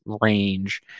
range